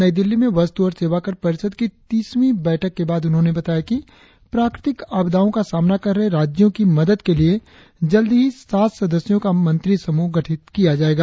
नई दिल्ली में वस्तु और सेवाकर परिषद की तीसवीं बैठक के बाद उन्होंने बताया कि प्रकृतिक आपदाओं का सामना कर रहे राज्यों की मदद के लिए जल्दी ही सात सदस्यों का मंत्री समूह गठित किया जायेगा